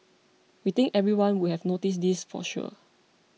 we think everyone would have noticed this for sure